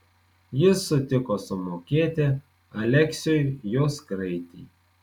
jis sutiko sumokėti aleksiui jos kraitį